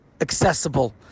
accessible